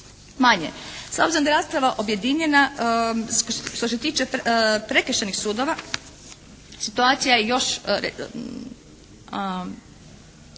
S obzirom da je rasprava objedinjena što se tiče Prekršajnih sudova situacija je još